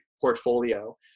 portfolio